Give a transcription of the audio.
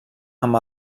amb